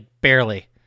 barely